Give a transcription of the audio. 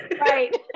right